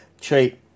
cheap